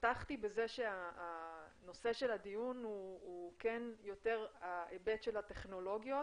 פתחתי בזה שנושא הדיון הוא יותר ההיבט הטכנולוגי,